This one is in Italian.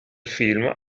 film